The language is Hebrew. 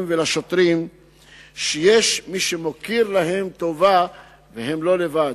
ולשוטרים שיש מי שמכיר להם טובה ושהם לא לבד.